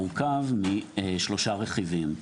מעוכב משלושה רכיבים.